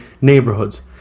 neighborhoods